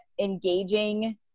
engaging